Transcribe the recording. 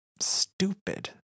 stupid